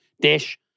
dish